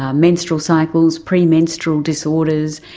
ah menstrual cycles, premenstrual disorders,